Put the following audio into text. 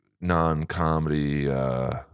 non-comedy